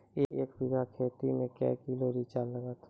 एक बीघा खेत मे के किलो रिचा लागत?